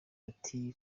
ati